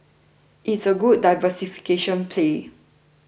it's a good diversification play